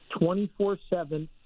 24-7